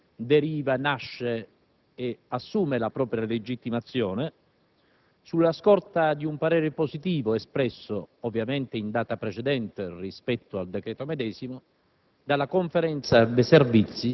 Tale decreto deriva, nasce e assume la propria legittimazione sulla scorta di un parere positivo espresso - ovviamente in data precedente rispetto al decreto medesimo